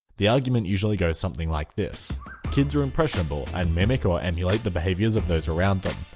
the argument usually goes something like this kids are impressionable and mimic or emulate the behaviours of those around them.